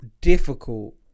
difficult